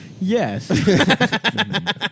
Yes